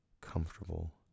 comfortable